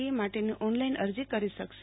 ઈ માટેની ઓનલાઈન અરજી કરી શકાશે